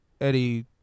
Eddie